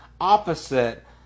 opposite